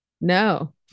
no